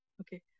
Okay